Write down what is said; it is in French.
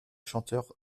chanteur